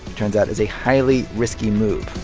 turns out, is a highly risky move